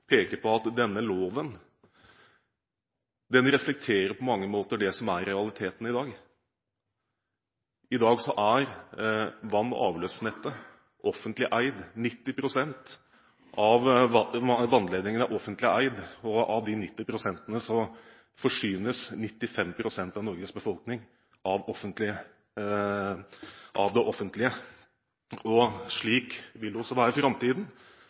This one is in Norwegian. peker på at denne loven på mange måter reflekterer det som er realiteten i dag. I dag er vann- og avløpsnettet offentlig eid. 90 pst. av vannledningene er offentlig eid, og av de 90 pst. forsynes 95 pst. av Norges befolkning. Slik vil det også være i framtiden, for jeg har stor tillit til at kommunene er seg sitt ansvar bevisst når det gjelder så